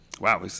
Wow